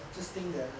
I just think that